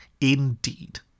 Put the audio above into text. indeed